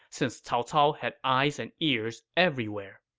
since cao cao has eyes and ears everywhere.